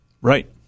Right